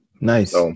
nice